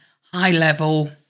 high-level